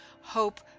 hope